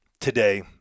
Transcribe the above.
today